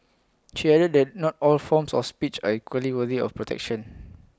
she added that not all forms of speech are equally worthy of protection